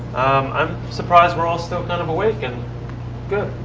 i'm surprised we're all still kind of awake and good.